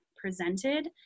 presented